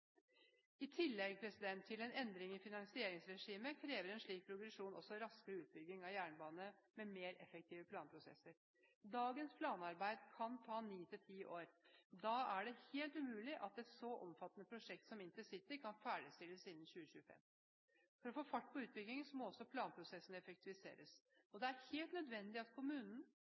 I tillegg til endring i finansieringsregimet krever en slik progresjon også raskere utbygging av jernbanen med mer effektive planprosesser. Dagens planarbeid kan ta ni–ti år. Da er det helt umulig at et så omfattende prosjekt som intercity kan ferdigstilles innen 2025. For å få fart på utbyggingen må også planprosessen effektiviseres. Det er helt nødvendig at